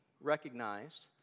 recognized